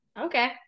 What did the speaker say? Okay